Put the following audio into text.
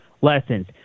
lessons